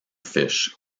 fish